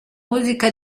musica